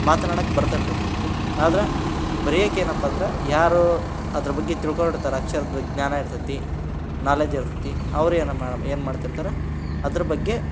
ಮಾತನಾಡೋಕ್ ಬರ್ತಿರ್ತದೆ ಆದ್ರೆ ಬರೆಯೋಕ್ ಏನಪ್ಪ ಅಂದ್ರೆ ಯಾರೋ ಅದ್ರ ಬಗ್ಗೆ ತಿಳ್ಕೊಂಡಿರ್ತಾರೆ ಅಕ್ಷರದ ಬಗ್ಗೆ ಜ್ಞಾನ ಇರ್ತದೆ ನಾಲೇಜ್ ಇರ್ತದೆ ಅವರು ಏನು ಮಾ ಏನು ಮಾಡ್ತಿರ್ತಾರೆ ಅದ್ರ ಬಗ್ಗೆ